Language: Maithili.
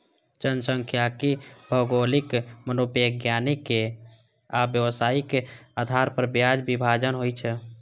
जनखांख्यिकी भौगोलिक, मनोवैज्ञानिक आ व्यावहारिक आधार पर बाजार विभाजन होइ छै